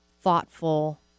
thoughtful